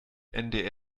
ndr